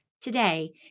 Today